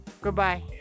Goodbye